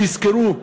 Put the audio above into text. תזכרו,